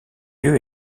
lieu